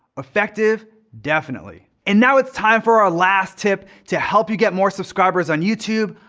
effective, definitely. and now it's time for our last tip to help you get more subscribers on youtube,